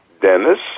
Dennis